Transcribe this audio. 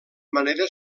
manera